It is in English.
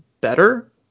better